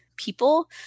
people